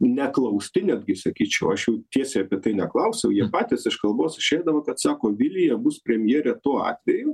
neklausti netgi sakyčiau aš jų tiesiai apie tai neklausiau jie patys iš kalbos išeidavo kad sako vilija bus premjerė tuo atveju